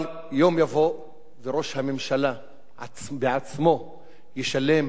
אבל יום יבוא וראש הממשלה בעצמו ישלם